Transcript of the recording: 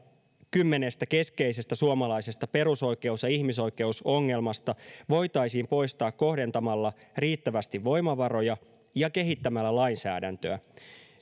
kymmenestä keskeisestä suomalaisesta perusoikeus ja ihmisoikeusongelmasta voitaisiin poistaa kohdentamalla riittävästi voimavaroja ja kehittämällä lainsäädäntöä